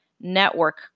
network